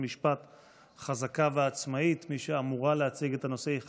שופטים יהודים מוכנים לשלם בדם אחיהם כדי לשמור על זכויות אדם של